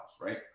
right